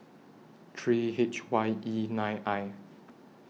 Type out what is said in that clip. three H Y E nine I